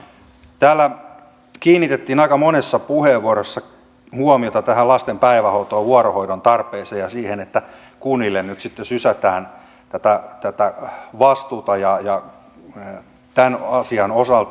täällä kiinnitettiin aika monessa puheenvuorossa huomiota tähän lasten päivähoitoon vuorohoidon tarpeeseen ja siihen että kunnille nyt sitten sysätään tätä vastuuta tämän asian osalta